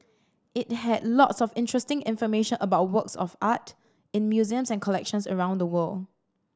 it had lots of interesting information about works of art in museums and collections around the world